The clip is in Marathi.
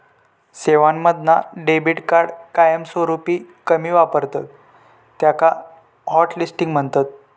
सेवांमधना डेबीट कार्ड कायमस्वरूपी कमी वापरतत त्याका हॉटलिस्टिंग म्हणतत